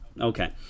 Okay